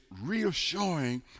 reassuring